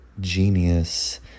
genius